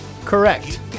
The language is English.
correct